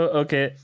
okay